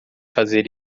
fazer